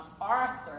Arthur